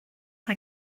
mae